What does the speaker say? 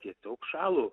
tiesiog šalo